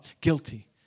guilty